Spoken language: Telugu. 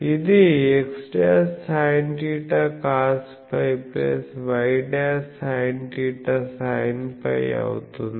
ఇది xsinθcosφy'sinθsinφ అవుతుంది